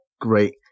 Great